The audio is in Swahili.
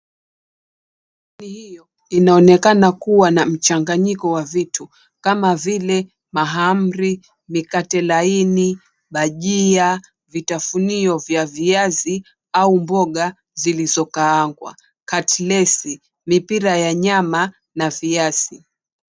Hiyo inaonekana kuwa na mchanganyiko wa vitu kama vile mahamri, mikate laini, bajia, vitafunio vya viazi au mboga zilizokaangwa, katilesi, mipira ya nyama na viazi.